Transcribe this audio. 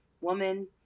woman